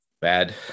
bad